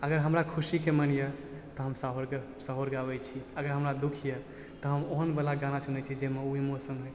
अगर हमरा खुशीके मन यऽ तऽ हम साहोरके सहोर गाबय छी अगर हमरा दुख यऽ तऽ हम ओहनवला गाना चुनय छी जैमे ओ इमोशन होइ